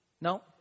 No